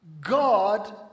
God